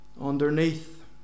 Underneath